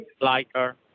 lighter